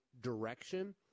direction